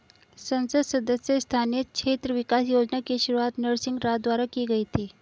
संसद सदस्य स्थानीय क्षेत्र विकास योजना की शुरुआत नरसिंह राव द्वारा की गई थी